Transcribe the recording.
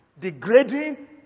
degrading